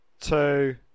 two